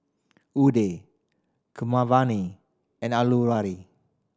Udai Keeravani and Alluri